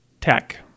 tech